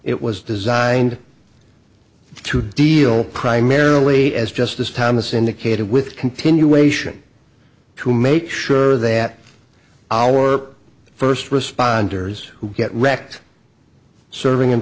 it was designed to deal primarily as justice thomas indicated with continuation to make sure that our first responders who get wrecked serving